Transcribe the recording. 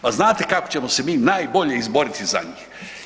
Pa znate kako ćemo se mi najbolje izboriti za njih?